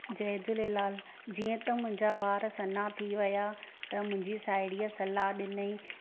जय झूलेलाल जीअं त मुंजा वारु सन्हा थी विया त मुंहिंजी साहेड़ीअ सलाह ॾिनी